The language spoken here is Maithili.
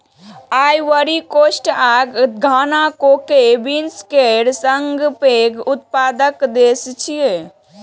आइवरी कोस्ट आ घाना कोको बीन्स केर सबसं पैघ उत्पादक देश छियै